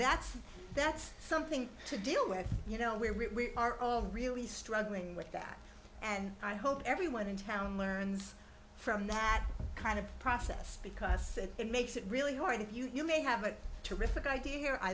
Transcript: that's that's something to deal with you know we are all really struggling with that and i hope everyone in town learns from that kind of process because it makes it really worth it you may have a terrific idea here i